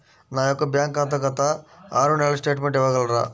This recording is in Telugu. నా యొక్క బ్యాంక్ ఖాతా గత ఆరు నెలల స్టేట్మెంట్ ఇవ్వగలరా?